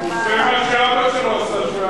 הוא עושה מה שאבא שלו עשה,